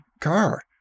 car